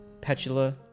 Petula